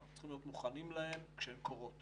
אנחנו צריכים להיות מוכנים להן כשהן קורות.